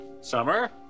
Summer